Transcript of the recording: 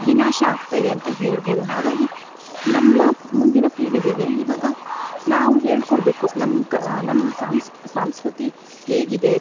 ವಿನಾಶ ಆಗ್ತಾಯಿದೆ ಅಂತ ಹೇಳ್ಬೋದು ಹಾಗಾಗಿ ನಮ್ಮ ಮುಂದಿನ ಪೀಳಿಗೆಗೆ ಇವಾಗ ನಾವು ಹೇಳ್ಕೊಡಬೇಕು ನಮ್ಮ ಕ ನಮ್ಮ ಸಾಂಸ್ ಸಂಸ್ಕೃತಿ ಹೇಗಿದೆ